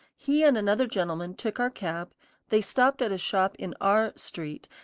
he and another gentleman took our cab they stopped at a shop in r street,